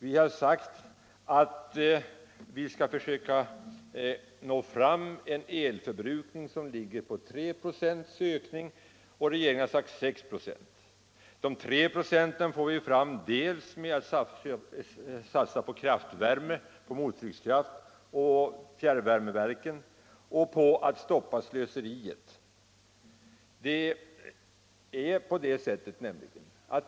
Vi har sagt att den årliga ökningen av elförbrukningen bör begränsas till 3 96 medan regeringen har anvisat en ökning av 6 96. De 3 procenten får vi fram dels genom en satsning på kraftvärme, på mottryckskraft och på fjärrvärmeverk. Dessutom vill vi stoppa slöseriet med energi.